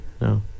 No